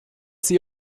sie